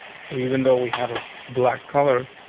so even though we have a black color.